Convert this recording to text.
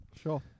sure